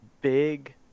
Big